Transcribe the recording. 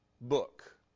book